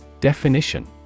Definition